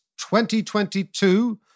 2022